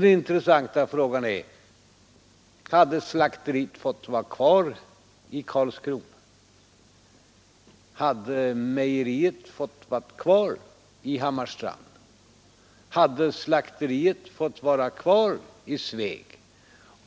Den intressanta frågan blir då: Hade slakteriet fått vara kvar i Karlskrona, hade mejeriet fått vara kvar i Hammarstrand och hade slakteriet fått vara kvar i Sveg,